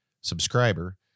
subscriber